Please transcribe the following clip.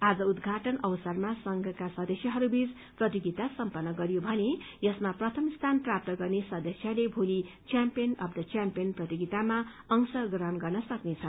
आज उद्घाटन अवसरमा संघका सदस्यहरू बीच प्रतियोगिता सम्पन्न गरियो भने यसमा प्रथम स्थान प्राप्त गर्ने सदस्यले भोली च्याम्पियन अफ् द च्याम्पियन प्रतियोगितामा अंश ग्रहण गर्न सक्ने छन्